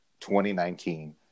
2019